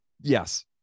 Yes